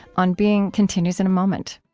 on being continues in a moment